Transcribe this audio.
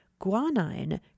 guanine